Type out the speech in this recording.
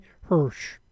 Hirsch